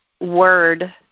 word